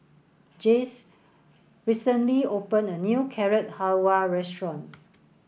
Jayce recently opened a new Carrot Halwa Restaurant